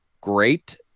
great